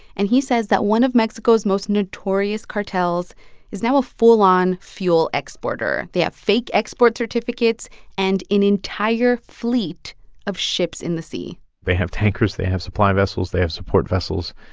and he says that one of mexico's most notorious cartels is now a full-on fuel exporter. they have fake export certificates and an entire fleet of ships in the sea they have tankers. they have supply vessels. they have support vessels.